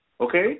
Okay